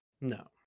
No